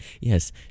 Yes